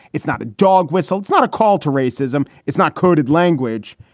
it's not a dog whistle. it's not a call to racism. it's not coded language.